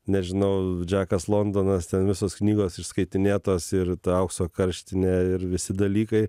nežinau džekas londonas ten visos knygos išskaitinėtos ir ta aukso karštinė ir visi dalykai